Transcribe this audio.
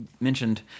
mentioned